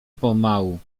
pomału